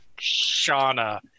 Shauna